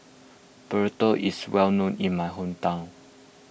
Burrito is well known in my hometown